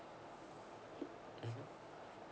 mmhmm